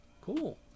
Cool